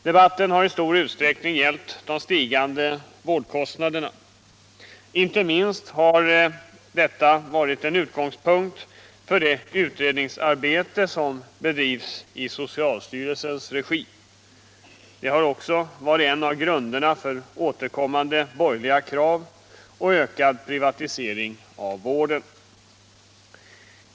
Debatten har i stor utsträckning gällt de stigande vårdkostnaderna. Inte minst har detta varit en utgångspunkt för det utredningsarbete som bedrivs i socialstyrelsens regi. Det har också varit en av grunderna för återkommande borgerliga krav och ökad privatisering av vården.